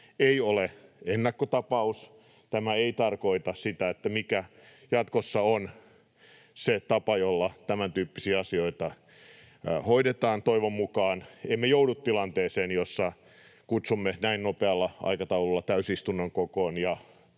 ei ole ennakkotapaus, tämä ei tarkoita sitä, että tämä jatkossa on se tapa, jolla tämäntyyppisiä asioita hoidetaan. Toivon mukaan emme joudu tilanteeseen, jossa kutsumme näin nopealla aikataululla täysistunnon kokoon